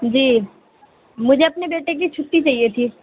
جی مجھے اپنے بیٹے کی چھٹی چاہیے تھی